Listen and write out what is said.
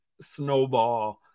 snowball